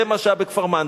זה מה שהיה בכפר-מנדא.